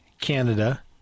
Canada